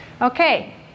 Okay